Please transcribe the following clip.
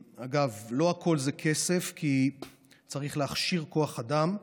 אגב, לא הכול זה כסף, כי צריך גם להכשיר כוח אדם,